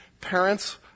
Parents